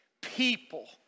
people